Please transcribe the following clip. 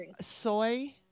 Soy